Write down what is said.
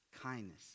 kindness